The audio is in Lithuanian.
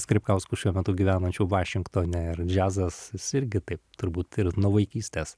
skripkausku šiuo metu gyvenančiu vašingtone ir džiazas jis irgi taip turbūt ir nuo vaikystės